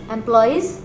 Employees